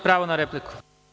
Pravo na repliku.